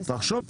(הישיבה נפסקה